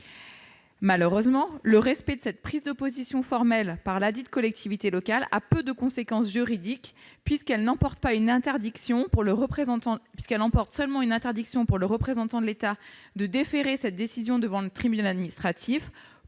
Malheureusement, le respect de cette prise de position formelle par ladite collectivité locale a peu de conséquences juridiques, puisqu'elle n'emporte qu'une interdiction pour le représentant de l'État de déférer cette décision devant le tribunal administratif.